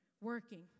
working